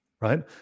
right